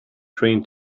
train